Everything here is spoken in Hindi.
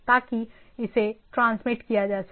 ताकि इसे ट्रांसमिट किया जा सके